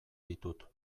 ditut